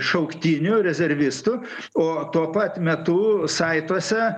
šauktinių rezervistų o tuo pat metu saituose